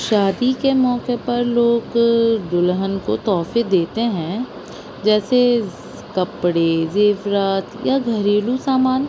شادی کے موقعے پر لوگ دلہن کو تحفے دیتے ہیں جیسے کپڑے زیورات یا گھریلو سامان